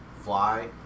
fly